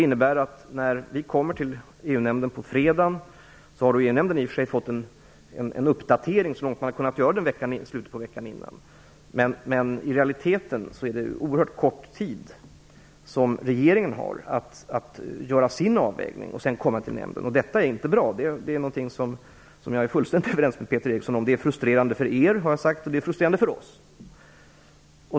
I och för sig har EU-nämnden fått en uppdatering så långt man har kunnat göra den i slutet av veckan innan, men i realiteten har regeringen haft oerhört kort tid för att göra sin avvägning när ministern kommer till EU-nämnden på fredagen. Och detta är inte bra. Det är någonting som jag är fullständigt överens med Peter Eriksson om. Det är frustrerande för er, har jag sagt, och det är frustrerande för oss.